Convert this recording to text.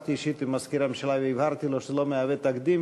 ושוחחתי אישית עם מזכיר הממשלה והבהרתי לו שזה לא מהווה תקדים,